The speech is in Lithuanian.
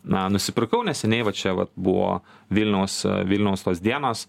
na nusipirkau neseniai va čia vat buvo vilniaus vilniaus tos dienos